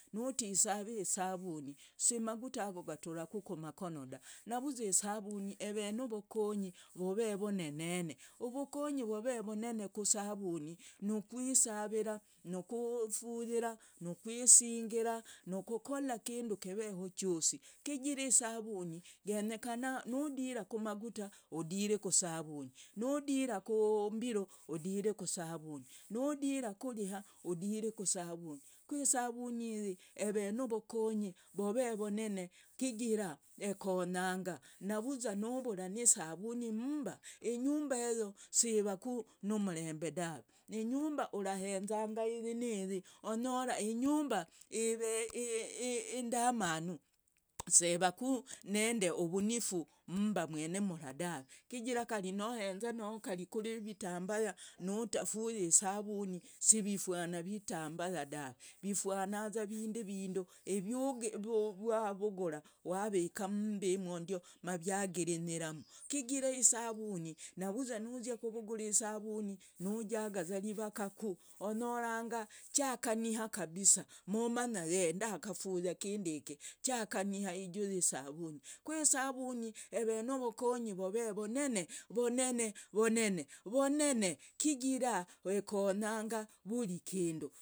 Nutisavi isavuni. simagutago gutaraku kumakonoda navuza isavuni evenovokonyi vove vonene ovokonyi vove vonene kusavuni nukwisavira. kufuyira nukwisingira nukokolaku kindu keveho chosi kijira isavuni genyekana nudira kuriha udire kusavuni nudirakumbiru udire kusavuni nudira kuriha udire kusavuni. kwisavuniyi evenovokonyi vove vonene. kijira ekonyanga navuza nuvura nisavuni mmba inyumba eyo sivakunumrambe dave ninyumba urahenzanga iyi iyi onyora inyumba eve indamanu sivaku nindi uvunifu mmba mwene mra dave chigira kari nohenza kari kurivitambaya nutafuyii isavunii sivifwana nunzya kuvugura isavuni nujagaza rivakaku onyoranga chakaniha kabisaa mumanya y ndakafuyaaa kindikii chakaniha juu yi savuni. kwasavuni ev novokonyi vov vonene vonene vonenen chigira wekonyanga vuri kindu